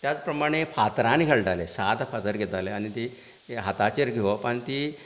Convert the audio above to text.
त्याच प्रमाणें फातरांनी खेळटाले सात फातर घेताले आनी ती हाताचेर घेवप आनी ती